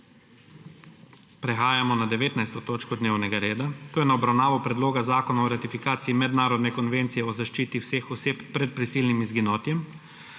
Prehajamo na19. točko dnevnega reda, to je na obravnavo Predloga zakona o ratifikaciji mednarodne konvencije o zaščiti vseh oseb pred prisilnim izginotjem.